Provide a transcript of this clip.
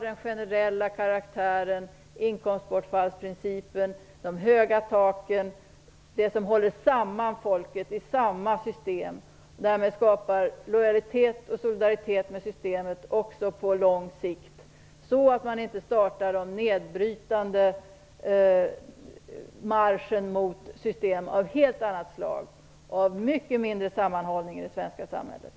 Det gäller inkomstbortfallsprincipen och de höga taken - det som håller samman folket i samma system. Därmed skapar man lojalitet och solidaritet med systemet även på lång sikt. Man får inte starta den nedbrytande marschen mot ett system av ett helt annat slag som leder till mindre sammanhållning i det svenska samhället.